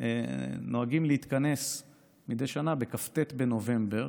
נוהגים להתכנס מדי שנה בכ"ט בנובמבר,